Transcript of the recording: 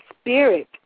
spirit